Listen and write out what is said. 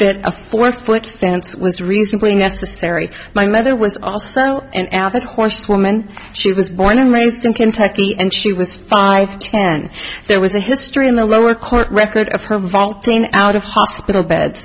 that a four foot fence was recently necessary my mother was also an avid horsewoman she was born and raised in kentucky and she was five to ten there was a history in the lower court record of her vaulting out of hospital bed